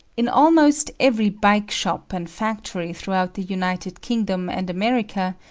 in almost every bike shop and factory throughout the united kingdom and america,